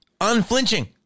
unflinching